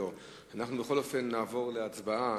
הכנסת אמסלם, כנסת נכבדה,